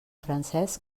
francesc